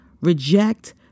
reject